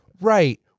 right